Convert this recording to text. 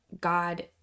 God